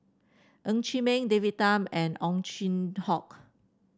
Ng Chee Meng David Tham and Ow Chin Hock